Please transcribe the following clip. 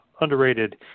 underrated